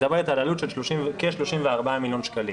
מדברת על כ-34 מיליון שקלים.